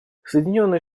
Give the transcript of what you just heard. соединенные